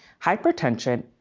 hypertension